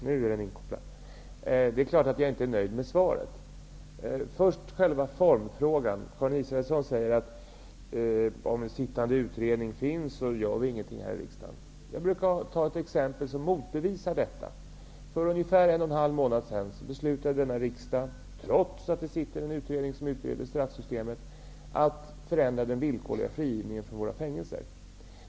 Herr talman! Det är klart att jag inte är nöjd med svaret. När det gäller formfrågan säger Karin Israelsson att så länge sittande utredning pågår gör vi i riksdagen ingenting åt det. Jag brukar ta ett exempel som motbevisar ett sådant talesätt. För ungefär 1,5 månader sedan beslutade denna riksdag -- trots att en utredning pågår angående straffsystemet -- att förändra den villkorliga frigivningen från våra fängelser.